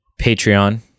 Patreon